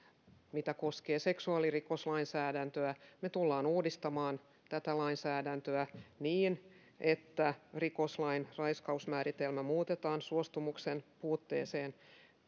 koskien seksuaalirikoslainsäädäntöä me tulemme uudistamaan tätä lainsäädäntöä niin että rikoslain raiskausmääritelmä muutetaan suostumuksen puutteeseen